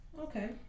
Okay